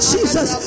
Jesus